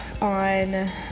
on